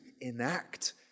enact